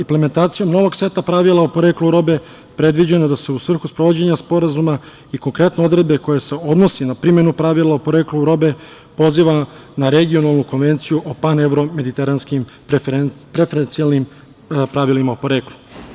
Implementacijom novog seta pravila o poreklu robe, predviđeno je da se u svrhu sprovođenja sporazuma i konkretno odredbe koje se odnosi na primenu pravila o poreklu robe poziva na regionalnu Konvenciju o pan-evro-mediteranskim preferencijalnim pravilima porekla.